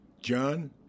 John